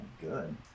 good